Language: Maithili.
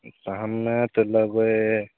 तऽ हमे तऽ लेबय